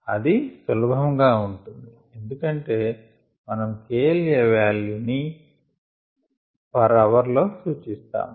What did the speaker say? అది సులభముగా ఉంటుంది ఎందుకంటే మనము K L a వాల్యూస్ ని పర్ అవర్ లో చూస్తాము